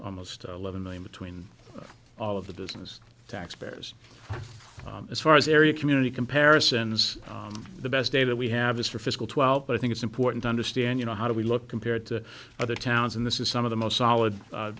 almost eleven million between all of the business tax payers as far as area community comparisons the best day that we have is for fiscal twelve but i think it's important to understand you know how do we look compared to other towns and this is some of the most solid